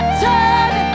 turn